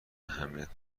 اهمیت